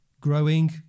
growing